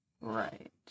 Right